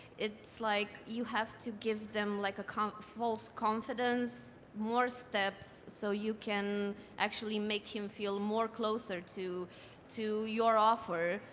it's like you have to give them like a false confidence, more steps, so you can actually make him feel more closer to to your offer.